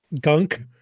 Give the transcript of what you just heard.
Gunk